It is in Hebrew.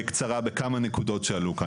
אני רוצה מאוד בקצרה לגעת בכמה נקודות שעלו כאן,